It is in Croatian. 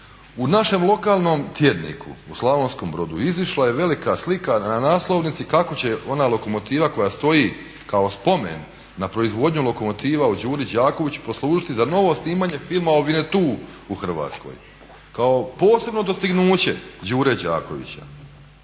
U našem lokalnom tjedniku u Slavonskom Brodu izišla je velika slika na naslovnici kako će ona lokomotiva koja stoji kao spomen na proizvodnju lokomotiva u Đuri Đakoviću poslužiti za novo snimanje filma o Winnetou u Hrvatskoj kao posebno dostignuće Đure Đakovića.